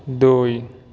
ଦୁଇ